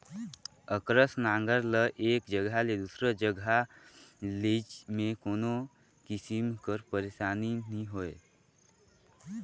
अकरस नांगर ल एक जगहा ले दूसर जगहा लेइजे मे कोनो किसिम कर पइरसानी नी होए